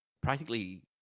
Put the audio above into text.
practically